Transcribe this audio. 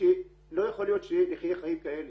שלא יכול להיות שאחיה חיים כאלה.